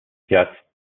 пять